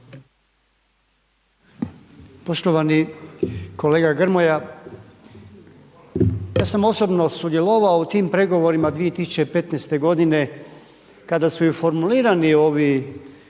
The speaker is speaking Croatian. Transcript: Poštovani kolega Grmoja, ja sam osobno sudjelovao u tim pregovorima 2015.g. kada su i formulirani ovi